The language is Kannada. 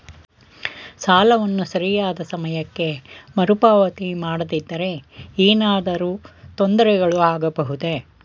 ಸಾಲವನ್ನು ಸರಿಯಾದ ಸಮಯಕ್ಕೆ ಮರುಪಾವತಿ ಮಾಡದಿದ್ದರೆ ಏನಾದರೂ ತೊಂದರೆಗಳು ಆಗಬಹುದೇ?